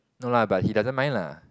no lah but he doesn't mind lah